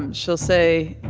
and she'll say,